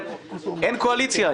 היום אין קואליציה,